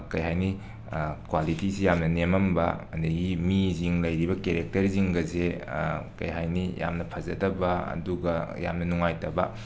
ꯀꯩ ꯍꯥꯏꯅꯤ ꯀ꯭ꯋꯥꯂꯤꯇꯤꯁꯦ ꯌꯥꯝꯅ ꯅꯦꯝꯃꯝꯕ ꯑꯗꯒꯤ ꯃꯤꯁꯤꯡ ꯂꯩꯔꯤꯕ ꯀꯦꯔꯦꯛꯇꯔꯁꯤꯡꯒꯁꯦ ꯀꯩ ꯍꯥꯏꯅꯤ ꯌꯥꯝꯅ ꯐꯖꯗꯕ ꯑꯗꯨꯒ ꯌꯥꯝꯅ ꯅꯨꯉꯥꯏꯇꯕ